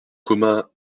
communs